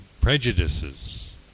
prejudices